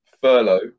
furlough